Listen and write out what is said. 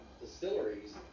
distilleries